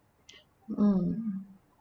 um